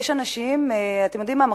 אתם יודעים מה?